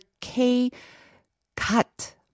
K-Cut